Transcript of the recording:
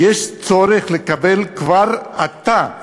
יש צורך לקבל כבר עתה